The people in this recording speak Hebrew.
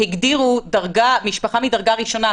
הגדירו משפחה מדרגה ראשונה,